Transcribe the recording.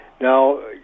Now